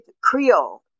creole